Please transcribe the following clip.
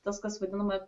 tas kas vadinama